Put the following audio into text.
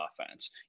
offense